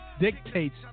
Dictates